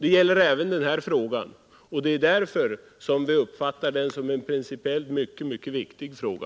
Det gör vi även i den här frågan, och därför uppfattar vi den som en principiellt mycket viktig fråga.